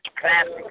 classic